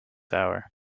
hour